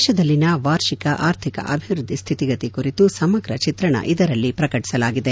ದೇಶದಲ್ಲಿನ ವಾರ್ಷಿಕ ಅರ್ಥಿಕ ಅಭಿವೃದ್ದಿ ಸ್ಟಿತಿಗತಿ ಕುರಿತು ಸಮಗ್ರ ಚಿತ್ರಣ ಇದರಲ್ಲಿ ಪ್ರಕಟಿಸಲಾಗಿದೆ